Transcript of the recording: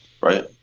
right